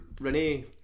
Renee